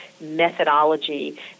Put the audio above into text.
methodology